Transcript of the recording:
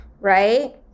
right